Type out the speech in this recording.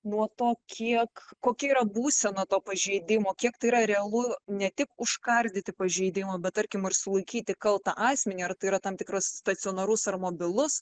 nuo to kiek kokia yra būsena to pažeidimo kiek tai yra realu ne tik užkardyti pažeidimą bet tarkim ir sulaikyti kaltą asmenį ar tai yra tam tikras stacionarus ar mobilus